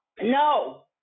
No